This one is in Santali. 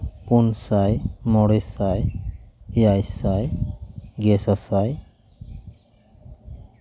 ᱯᱩᱱ ᱥᱟᱭ ᱢᱚᱬᱮ ᱥᱟᱭ ᱮᱭᱟᱭ ᱥᱟᱭ ᱜᱮ ᱥᱟᱥᱟᱭ